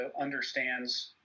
understands